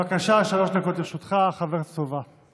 בבקשה, שלוש דקות לרשותך, חבר הכנסת סובה.